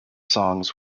songs